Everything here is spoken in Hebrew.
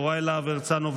יוראי להב הרצנו,